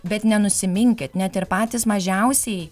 bet nenusiminkit net ir patys mažiausieji